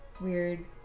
weird